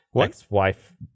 ex-wife